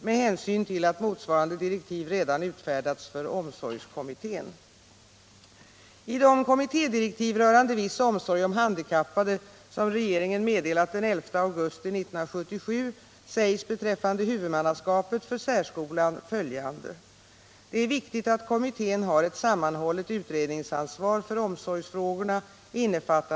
med hänsyn till att motsvarande direktiv redan utfärdats för omsorgskommittén”.